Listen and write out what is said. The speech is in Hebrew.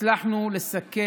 הצלחנו לסכל